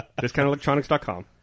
Discountelectronics.com